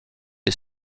est